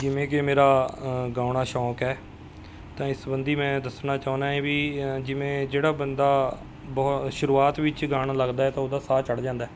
ਜਿਵੇਂ ਕਿ ਮੇਰਾ ਗਾਉਣਾ ਸ਼ੌਂਕ ਹੈ ਤਾਂ ਇਸ ਸਬੰਧੀ ਮੈਂ ਦੱਸਣਾ ਚਾਹੁੰਨਾ ਹਾਂ ਵੀ ਜਿਵੇਂ ਜਿਹੜਾ ਬੰਦਾ ਬਹੁਤ ਸ਼ੁਰੂਆਤ ਵਿੱਚ ਗਾਉਣ ਲੱਗਦਾ ਤਾਂ ਉਹਦਾ ਸਾਹ ਚੜ ਜਾਂਦਾ